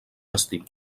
vestir